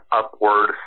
upward